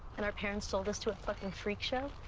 and our parents sold us to a fucking freak show.